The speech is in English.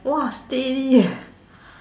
!wah! steady eh